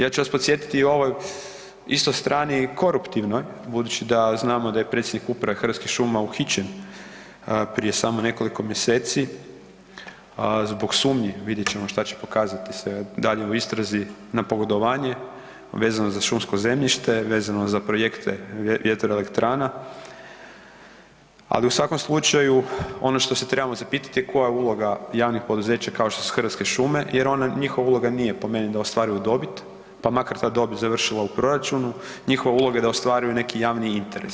Ja ću vas podsjetiti i o ovoj isto strani koruptivnoj budući da znamo da je predsjednik uprave Hrvatskih šuma uhićen prije samo nekoliko mjeseci zbog sumnji, vidjet ćemo šta će pokazati se dalje u istrazi na pogodovanje vezano za šumsko zemljište, vezano za projekte vjetroelektrana, ali u svakom slučaju ono što se trebamo zapitati je koja uloga javnih poduzeća je kao što su Hrvatske šume jer ona, njihova uloga nije po meni da ostvaruju dobit, pa makar ta dobit završila u proračunu, njihova uloga je da ostvaruju neki javni interes.